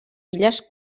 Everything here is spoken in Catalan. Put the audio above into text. illes